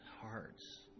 hearts